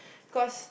cause